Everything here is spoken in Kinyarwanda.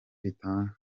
bitanga